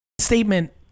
statement